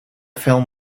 film